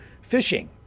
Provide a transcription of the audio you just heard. fishing